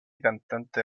cantante